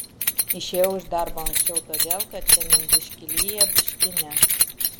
išėjau iš darbo anksčiau todėl kad šiandien biški lyja biški ne